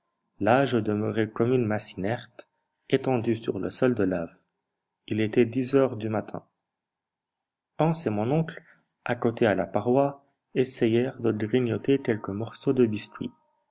là je demeurai comme une masse inerte étendu sur le sol de lave il était dix heures du matin hans et mon oncle accotés à la paroi essayèrent de grignoter quelques morceaux de biscuit